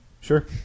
Sure